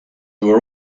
were